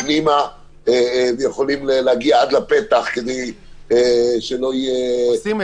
פנימה ויכולים להגיע עד לפתח כדי שלא יהיה